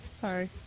Sorry